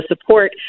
support